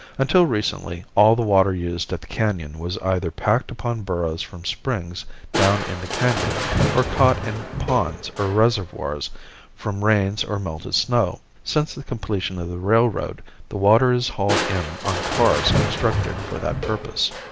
until recently all the water used at the canon was either packed upon burros from springs down in the canon or caught in ponds or reservoirs from rains or melted snow. since the completion of the railroad the water is hauled in on cars constructed for that purpose.